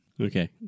Okay